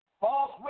False